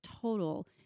total